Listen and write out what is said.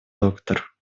доктор